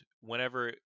whenever